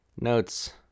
notes